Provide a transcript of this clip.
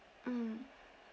mm